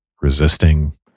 resisting